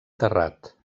terrat